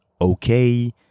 okay